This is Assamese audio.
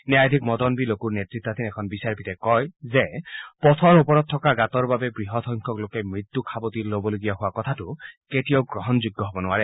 ন্যায়াধীশ মদন বি লকুৰ নেতৃতাধীন এখন বিচাৰপীঠে কয় যে পথৰ ওপৰত থকা গাঁতৰ বাবে বৃহৎ সংখ্যক লোকে মৃত্যুক সাৱতি ল'বলগীয়া হোৱা কথাটো কেতিয়াও গ্ৰহণযোগ্য হ'ব নোৱাৰে